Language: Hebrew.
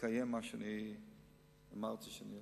לקיים מה שאני אמרתי שאעשה.